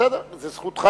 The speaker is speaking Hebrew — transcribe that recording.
בסדר, זו זכותך.